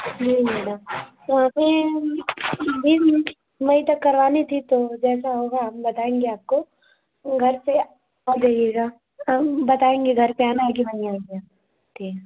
जी madam तो अभी तीन मई तक करवानी थी तो जैसा होगा हम बताएँगे आपको घर पर आ जाइएगा हम बताएँगे घर पर आना है कि नहीं आइएगा ठीक